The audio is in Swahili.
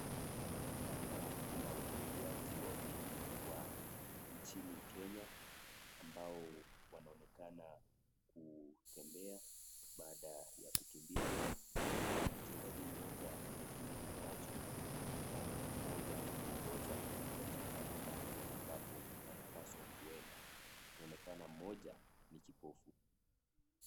Hapa kuna wakimbiaji wawili wa nchini Kenya ambao wanaonekana kutembea baada ya kukimbia. Mchezaji mmoja amefunika macho na mmoja ana mwongoza katika mahali ambapo anapaswa kuenda. Inaonekana mmoja ni kipofu.